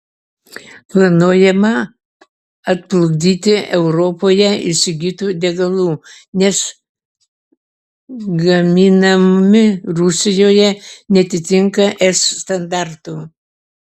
planuojama atplukdyti europoje įsigytų degalų nes gaminami rusijoje neatitinka es standartų